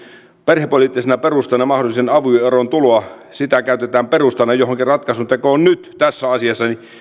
perhepoliittisena perustana mahdollisen avioeron tulo kun sitä käytetään perustana johonkin ratkaisuntekoon nyt tässä asiassa